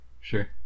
Sure